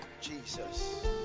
jesus